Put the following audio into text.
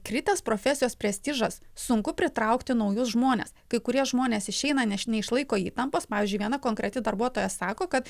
kritęs profesijos prestižas sunku pritraukti naujus žmones kai kurie žmonės išeina nes neišlaiko įtampos pavyzdžiui viena konkreti darbuotoja sako kad